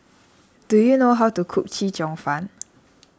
do you know how to cook Chee Cheong Fun